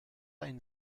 ein